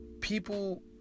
people